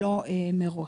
לא מראש.